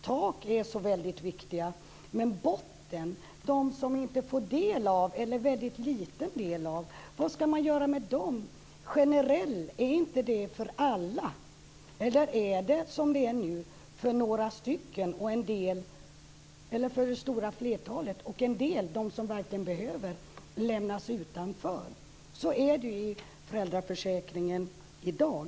Tak är så väldigt viktiga, men hur är det med botten och dem som inte får del av eller väldigt liten del av föräldraförsäkringen? Vad ska man göra med dem? Innebär inte "generell" att det ska vara för alla, eller gäller det, som nu, för det stora flertalet, medan en del - de som verkligen behöver stöd - lämnas utanför? Så är det i föräldraförsäkringen i dag.